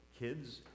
kids